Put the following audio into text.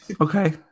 Okay